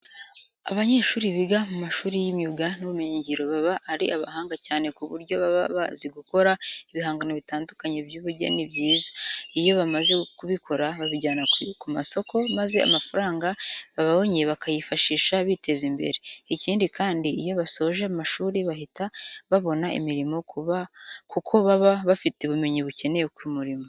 Abanyeshuri biga mu mashuri y'imyuga n'ubumenyingiro baba ari abahanga cyane ku buryo baba bazi gukora ibihangano bitandukanye by'ubugeni byiza. Iyo bamaze kubikora babijyana ku masoko maza amafaranga babonye bakayifashisha biteza imbere. Ikindi kandi, iyo basoje amashuri bahita babona imirimo kuko baba bafite ubumenyi bukenewe ku murimo.